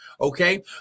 Okay